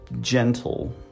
gentle